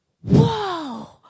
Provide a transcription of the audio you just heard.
Whoa